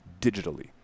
digitally